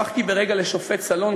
הפכתי לרגע לשופט סלון,